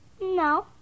No